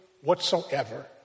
whatsoever